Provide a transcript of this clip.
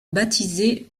baptisés